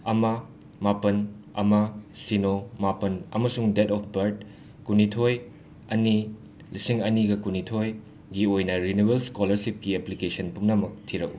ꯑꯃ ꯃꯥꯞꯟ ꯑꯃ ꯁꯤꯅꯣ ꯃꯥꯄꯟ ꯑꯃꯁꯨꯡ ꯗꯦꯠ ꯑꯣꯐ ꯕꯥꯔꯠ ꯀꯨꯟꯅꯤꯊꯣꯏ ꯑꯅꯤ ꯂꯤꯁꯤꯡ ꯑꯅꯤꯒ ꯀꯨꯟꯅꯤꯊꯣꯏꯒꯤ ꯑꯣꯏꯅ ꯔꯤꯅꯨꯋꯦꯜ ꯁ꯭ꯀꯣꯂꯔꯁꯤꯞꯀꯤ ꯑꯦꯄ꯭ꯂꯤꯀꯦꯁꯟ ꯄꯨꯝꯅꯃꯛ ꯊꯤꯔꯛꯎ